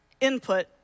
Input